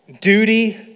duty